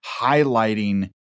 highlighting